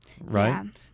right